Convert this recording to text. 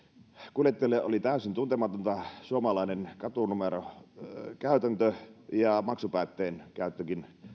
kuljettajalle oli täysin tuntematonta suomalainen katunumerokäytäntö ja maksupäätteen käyttökin